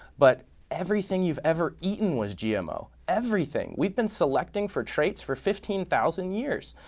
but everything you've ever eaten was gmo everything. we've been selecting for traits for fifteen thousand years.